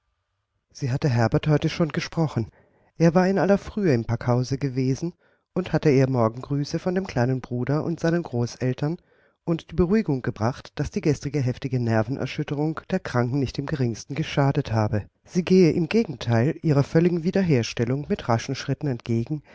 sie hatte herbert heute schon gesprochen er war in aller frühe im packhause gewesen und hatte ihr morgengrüße von dem kleinen bruder und seinen großeltern und die beruhigung gebracht daß die gestrige heftige nervenerschütterung der kranken nicht im geringsten geschadet habe sie gehe im gegenteil ihrer völligen wiederherstellung mit raschen schritten entgegen